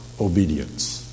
obedience